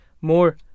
more